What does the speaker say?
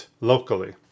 locally